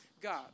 God